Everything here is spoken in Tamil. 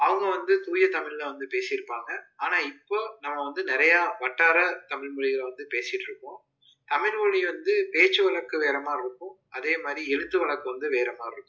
அவங்க வந்து தூய தமிழ்ல வந்து பேசி இருப்பாங்க ஆனால் இப்போது நாமம்வந்து நிறையா வட்டார தமிழ் மொழிகளை வந்து பேசிட்டிருக்கோம் தமிழ்மொழி வந்து பேச்சு வழக்கு வேறு மாதிரி இருக்கும் அதே மாதிரி எழுத்து வழக்கு வந்து வேறு மாதிரி இருக்கும்